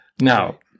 Now